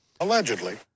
Allegedly